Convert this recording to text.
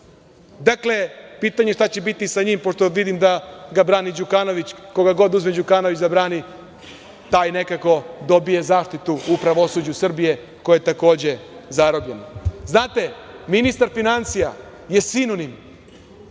Dakle, pitanje šta će biti sa njim pošto vidim da ga brani Đukanović, koga god uzme Đukanović da brani taj nekako dobije zaštitu u pravosuđu Srbije, koje je takođe zarobljeno. Znate, ministar finansija je sinonim